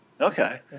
Okay